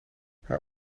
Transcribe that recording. haar